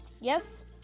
Yes